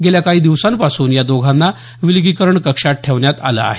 गेल्या काही दिवसांपासून या दोघांना विलगीकरण कक्षात ठेवण्यात आलं आहे